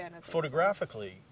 photographically